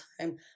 time